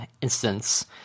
instance